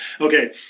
Okay